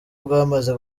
bwamaze